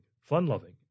fun-loving